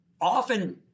Often